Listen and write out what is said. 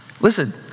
listen